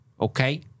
Okay